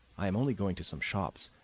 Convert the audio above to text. i am only going to some shops.